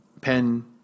pen